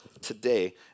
today